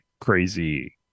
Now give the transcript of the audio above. crazy